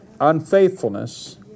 unfaithfulness